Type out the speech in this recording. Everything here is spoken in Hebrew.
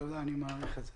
תודה רבה, אני מעריך את זה.